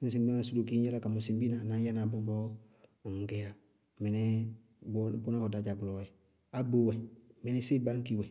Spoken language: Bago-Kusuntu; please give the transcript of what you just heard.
Bíi ŋsɩ ŋ níya sulukíi ŋñ yála ka mɔsɩ ŋ biina ka yɛná bʋ bɔɔ ŋŋ gɛyá mɩnɛɛ bʋwɛ bʋná wɛ dá dzá bʋlɔɔ yɛ. Ábóó wɛ mɩnɩsɩɩ báñki wɛ.